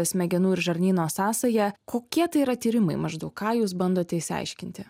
smegenų ir žarnyno sąsaja kokie tai yra tyrimai maždaug ką jūs bandote išsiaiškinti